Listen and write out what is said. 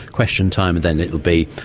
question time then it would be,